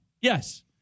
yes